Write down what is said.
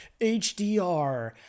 HDR